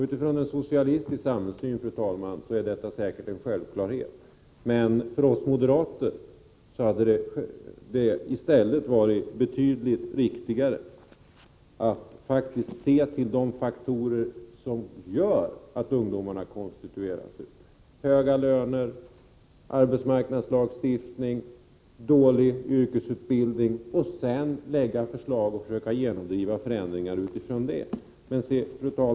Utifrån en socialistisk samhällssyn är det säkert en självklarhet, men för oss moderater hade det i stället varit betydligt riktigare att se till de faktorer som gör att ungdomarna konstitueras ut — höga löner, arbetsmarknadslagstiftning, dålig yrkesutbildning — och sedan lägga fram förslag och försöka genomdriva förändringar utifrån detta.